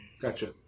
Gotcha